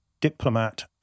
diplomat